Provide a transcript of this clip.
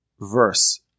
verse